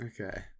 Okay